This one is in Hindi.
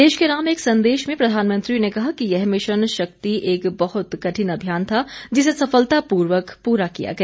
देश के नाम एक संदेश में प्रधानमंत्री ने कहा कि यह मिशन शक्ति एक बहुत कठिन अभियान था जिसे सफलतापूर्वक पूरा किया गया